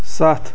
ستھ